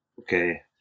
okay